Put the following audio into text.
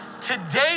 Today